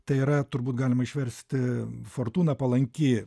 tai yra turbūt galima išversti fortūna palanki